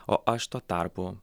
o aš tuo tarpu